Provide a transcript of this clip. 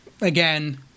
again